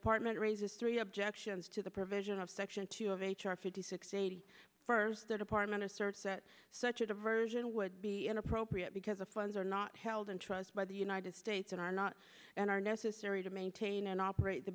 department raises three objections to the provision of section two of h r fifty six eighty first the department asserts that such a diversion would be inappropriate because the funds are not held in trust by the united states and are not and are necessary to maintain and operate the